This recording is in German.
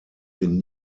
den